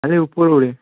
କାଲି ଉପରଓଳି